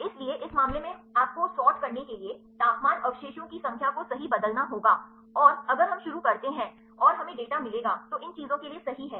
इसलिए इस मामले में आपको सॉर्ट करने के लिए तापमान अवशेषों की संख्या को सही बदलना होगा और अगर हम शुरू करते हैं और हमें डेटा मिलेगा तो इन चीजों के लिए सही है